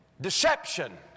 deception